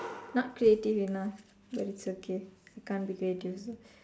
not creative enough but it's okay it can't be creative also